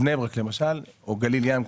בני ברק למשל או גליל ים,